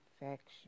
infection